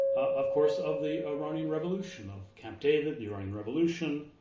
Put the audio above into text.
of course of the iranian revolution, of camp david, the iranian revolution,